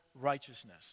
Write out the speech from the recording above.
righteousness